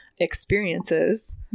experiences